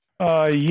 Yes